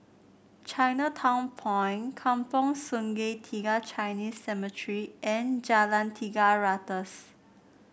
Chinatown Point Kampong Sungai Tiga Chinese Cemetery and Jalan Tiga Ratus